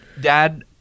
dad